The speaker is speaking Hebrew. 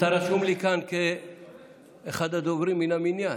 אתה רשום לי כאן כאחד הדוברים מן המניין,